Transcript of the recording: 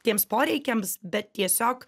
tiems poreikiams bet tiesiog